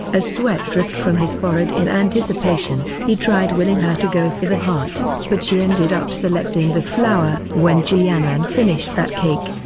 as sweat dripped from his forehead in anticipation. he tried willing her to go for the heart, but she ended up selecting the flower. when ji yanran finished that cake,